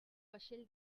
vaixell